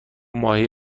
ماهی